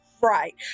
Right